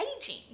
aging